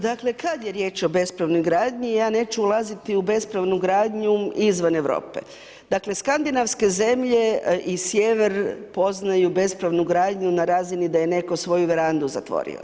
Dakle, kada je riječ o bespravnoj gradnji, ja neću ulaziti u bespravnu gradnju izvan Europe, dakle, Skandinavske zemlje i sjever poznaju bespravnu gradnju na razini da je netko svoju verandu zatvorio.